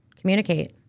Communicate